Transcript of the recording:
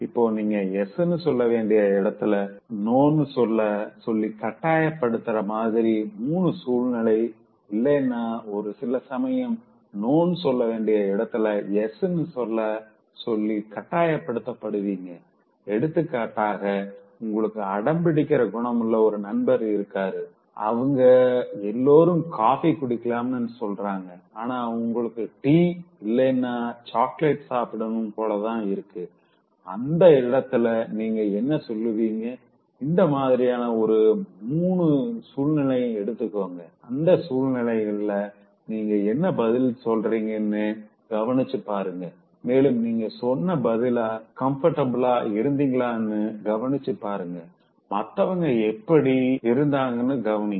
இப்போ நீங்க எஸ்னு சொல்ல வேண்டிய இடத்தில நோனு சொல்ல சொல்லி கட்டாய படுத்தற மாதிரி மூணு சூழ்நிலை இல்லைனா ஒரு சில சமயம் நோ சொல்ல வேண்டிய இடத்துல எஸ் சொல்ல சொல்லி கட்டாயப்படுத்த படுவீங்க எடுத்துக்காட்டுக்கு உங்களுக்கு அடம் பிடிக்கிற குணமுள்ள ஒரு நண்பர் இருக்காங்க அவங்க எல்லாரும் காபி குடிக்கலாம்னு சொல்றாங்க ஆனா உங்களுக்கு டீ இல்லைன்னா சாக்லேட் சாப்பிடணும் போலதா இருக்கு அந்த இடத்துல நீங்க என்ன சொல்லுவீங்க இந்த மாதிரியான ஒரு மூனு சூழ்நிலைய எடுத்துக்கோங்க அந்த சூழ்நிலைகள்ல நீங்க என்ன பதில் சொல்ரிங்கனு கவனிச்சு பாருங்க மேலும் நீங்க சொன்ன பதிலால கம்ஃபர்டபிலா இருந்திங்களான்னு கவனிச்சு பாருங்க மத்தவங்க எப்படி இருந்தாங்கனு கவனிங்க